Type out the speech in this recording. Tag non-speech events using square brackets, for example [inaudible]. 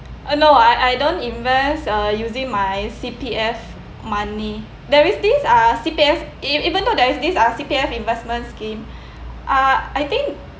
uh no I I don't invest uh using my C_P_F money there is this uh C_P_F e~ even though there is this uh C_P_F investment scheme [breath] uh I think